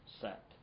set